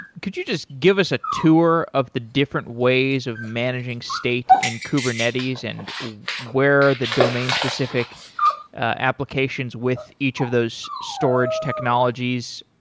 could you just give us a tour of the different ways of managing state in kubernetes end where the domain-specific applications with each of those storage technologies,